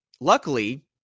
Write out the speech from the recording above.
luckily